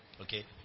Okay